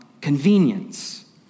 convenience